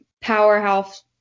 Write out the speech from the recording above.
powerhouse